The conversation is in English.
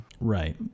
right